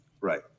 Right